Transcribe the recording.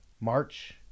March